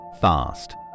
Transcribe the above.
fast